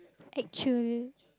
actual